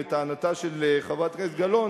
לטענתה של חברת הכנסת גלאון,